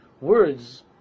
Words